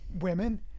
women